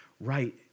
right